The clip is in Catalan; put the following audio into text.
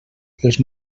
els